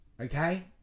okay